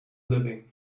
living